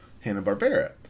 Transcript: Hanna-Barbera